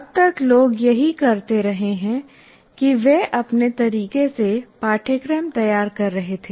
अब तक लोग यही करते रहे हैं कि वे अपने तरीके से पाठ्यक्रम तैयार कर रहे थे